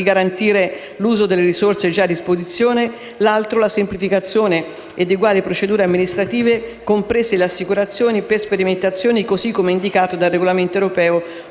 garantire l'uso delle risorse già a disposizione e semplificare le procedure amministrative, comprese le assicurazioni, per sperimentazioni, così come indicato dal regolamento europeo